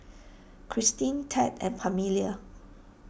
Kristin Ted and Pamelia